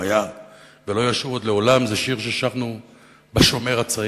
היה ולא ישוב עוד לעולם" זה שיר ששרנו ב"השומר הצעיר"